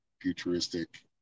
futuristic